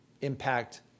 impact